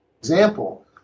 example